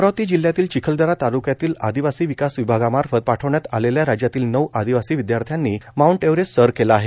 अमरावती जिल्ह्यातील चिखलदरा ताल्क्यातील आदिवासी विकास विभागामार्फत पाठवण्यात आलेल्या राज्यातील नऊ आदिवासी विद्यार्थ्यांनी माऊंट एव्हरेस्ट सर केला आहे